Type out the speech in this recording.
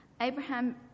Abraham